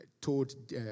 told